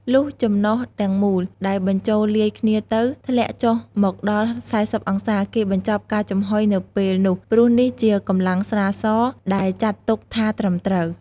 លុះចំណុះទាំងមូលដែលបញ្ចូលលាយគ្នាទៅ ធ្លាក់ចុះមកដល់៤០អង្សា គេបញ្ចប់ការចំហុយនៅពេលនោះ ព្រោះនេះជាកម្លាំងស្រាសដែលចាត់ទុកថាត្រឹមត្រូវ។